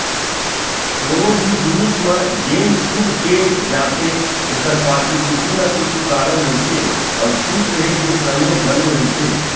कोनो भी जिनिस म जेन छूट दे जाथे ओखर पाछू कुछु न कुछु कारन रहिथे अउ छूट रेहे के समे घलो रहिथे